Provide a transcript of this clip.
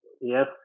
Yes